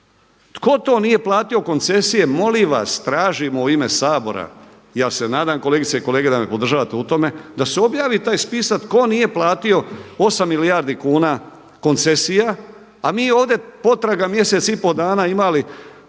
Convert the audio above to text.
Tko to nije platio koncesije molim vas tražim u ime Sabora. Ja se nadam kolegice i kolege da me podržavate u tome, da se objavi taj spisak tko nije platio 8 milijardi kuna koncesija, a mi ovdje potraga mjesec i pol dana imali